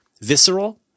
visceral